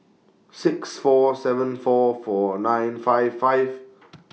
six four seven four four nine five five